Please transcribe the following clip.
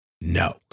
no